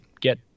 get